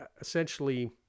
Essentially